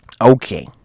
Okay